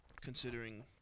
Considering